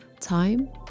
Time